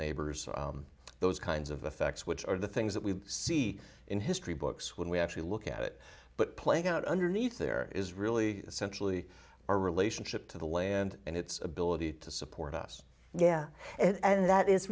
neighbors those kinds of the facts which are the things that we see in history books when we actually look at it but playing out underneath there is really essentially our relationship to the land and its ability to support us yeah and that i